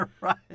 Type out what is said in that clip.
right